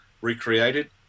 recreated